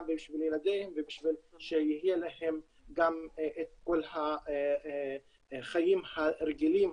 ובשביל ילדיהם ובשביל שיהיה להם גם את כל החיים הרגילים,